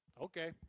Okay